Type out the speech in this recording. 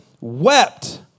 wept